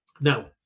Now